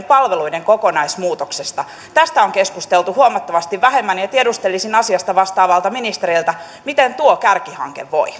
palveluiden kokonaismuutoksesta tästä on keskusteltu huomattavasti vähemmän ja ja tiedustelisin asiasta vastaavalta ministeriltä miten tuo kärkihanke voi